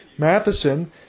Matheson